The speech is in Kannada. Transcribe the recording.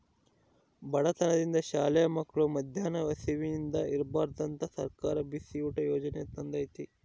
ಬಡತನದಿಂದ ಶಾಲೆ ಮಕ್ಳು ಮದ್ಯಾನ ಹಸಿವಿಂದ ಇರ್ಬಾರ್ದಂತ ಸರ್ಕಾರ ಬಿಸಿಯೂಟ ಯಾಜನೆ ತಂದೇತಿ